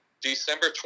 december